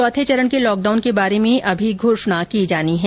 चौथे चरण के लॉकडाउन के बारे में अभी घोषणा की जानी है